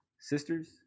sisters